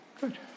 Good